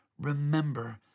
remember